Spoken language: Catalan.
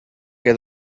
que